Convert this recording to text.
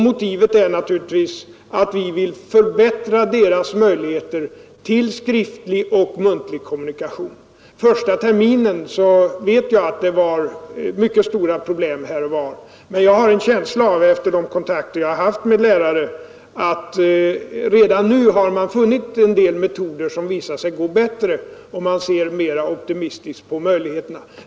Motivet är naturligtvis att vi vill förbättra deras möjligheter till skriftlig och muntlig kommunikation. Jag vet att det var mycket stora problem den första terminen, men jag har en känsla av — efter de kontakter jag har haft med lärare — att man redan nu har funnit en del metoder som visar sig gå bättre, och man ser mera optimistiskt på möjligheterna.